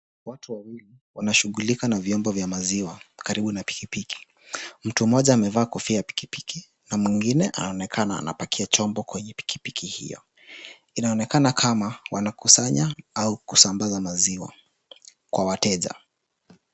Watu wawili, wanashughulika na vyombo vya maziwa karibu na piki piki. Mtu mmoja amevaa kofia ya piki piki na mwingine anaonekana anapakia chombo kwenye piki piki hiyo. Inaonekana kuwa wanakusanya au kukusanya maziwa kwa wateja.